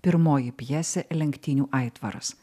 pirmoji pjesė lenktynių aitvaras